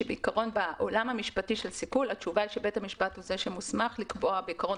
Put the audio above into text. בעיקרון בעולם המשפטי של סיכול התשובה היא שבית המשפט מוסמך לקבוע.